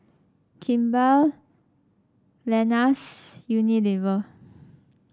Kimball Lenas Unilever